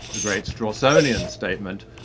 a great strawsonian statement,